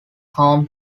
home